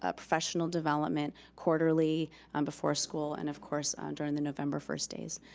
ah professional development quarterly um before school and of course um during the november first days.